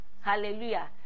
Hallelujah